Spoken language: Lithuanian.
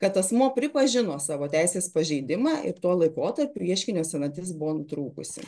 kad asmuo pripažino savo teisės pažeidimą ir tuo laikotarpiu ieškinio senatis buvo nutrūkusi